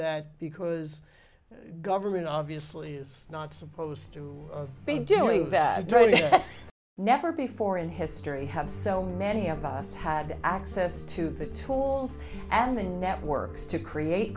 that because government obviously is not supposed to be doing bad trade but never before in history have so many of us had access to the tools and the networks to create